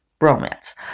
romance